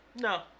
No